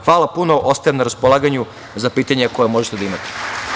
Hvala puno i ostajem na raspolaganju za pitanja koja možete da imate.